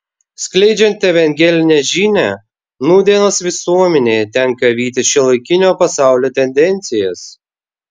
skleidžiant evangelinę žinią nūdienos visuomenėje tenka vytis šiuolaikinio pasaulio tendencijas